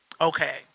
okay